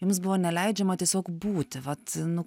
jums buvo neleidžiama tiesiog būti vat nu